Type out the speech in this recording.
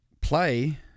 play